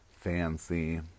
fancy